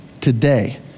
today